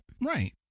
Right